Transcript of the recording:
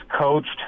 coached